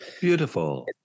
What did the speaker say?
beautiful